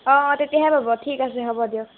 অঁ তেতিয়াহে পাব ঠিক আছে হ'ব দিয়ক